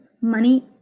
Money